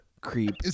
creep